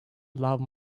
love